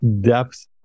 depth